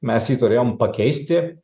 mes jį turėjom pakeisti